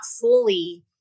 fully